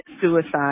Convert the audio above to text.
suicide